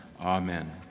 Amen